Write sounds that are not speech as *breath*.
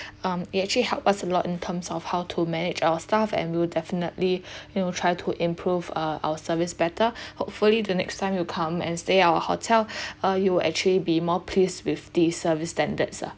um it actually help us a lot in terms of how to manage our staff and will definitely *breath* you know try to improve uh our services better *breath* hopefully the next time you come and stay our hotel *breath* uh you will actually be more pleased with the service standards ah